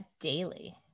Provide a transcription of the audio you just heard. daily